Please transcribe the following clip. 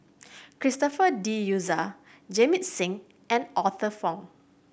Christopher De Souza Jamit Singh and Arthur Fong